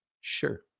sure